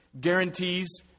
guarantees